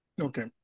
Okay